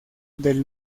del